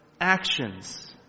actions